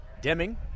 Deming